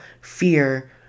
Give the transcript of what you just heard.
fear